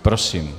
Prosím.